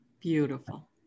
Beautiful